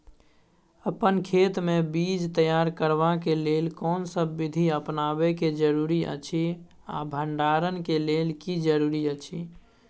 अपन खेत मे बीज तैयार करबाक के लेल कोनसब बीधी अपनाबैक जरूरी अछि आ भंडारण के लेल की जरूरी अछि?